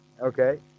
Okay